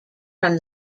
from